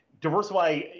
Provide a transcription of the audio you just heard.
diversify